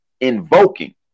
invoking